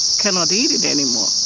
cannot eat it anymore,